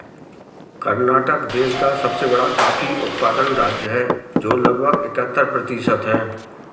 कर्नाटक देश का सबसे बड़ा कॉफी उत्पादन राज्य है, जो लगभग इकहत्तर प्रतिशत है